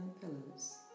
pillows